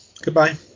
Goodbye